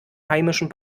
heimischen